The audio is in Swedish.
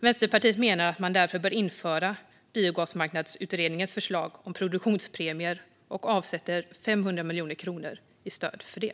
Vänsterpartiet menar att man därför bör införa produktionspremier, som Biogasmarknadsutredningen föreslår, och avsätter 500 miljoner kronor i stöd för det.